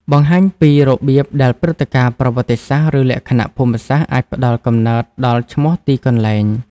បង្ហាញពីរបៀបដែលព្រឹត្តិការណ៍ប្រវត្តិសាស្ត្រ ឬលក្ខណៈភូមិសាស្ត្រអាចផ្តល់កំណើតដល់ឈ្មោះទីកន្លែង។